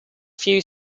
few